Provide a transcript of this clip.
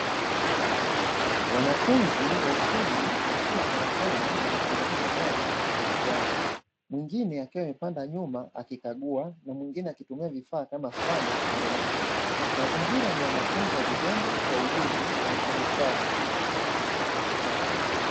Wanafunzi wa ufundi wakiwa karakana wanatengeneza gari kwa kushirikiana, mwingine akiwa amepanda nyuma akikagua na mwingine akitumia vifaa kama spana kutengeneza. Mazingira ni ya mafunzo ya vitendo kwa ujuzi na ufundi stadi.